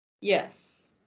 Yes